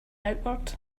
outward